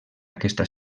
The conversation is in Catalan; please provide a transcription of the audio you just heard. aquesta